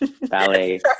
ballet